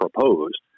proposed